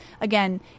again